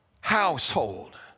household